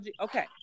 Okay